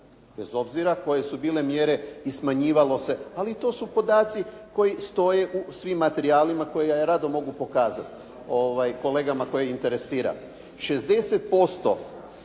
bez obzira koje su bile mjere i smanjivalo se, ali to su podaci koji stoje u svim materijalima koje ja rado mogu pokazati kolegama koje interesira.